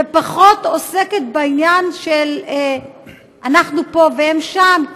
ופחות עוסקת בעניין של אנחנו פה והם שם.